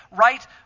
right